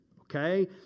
okay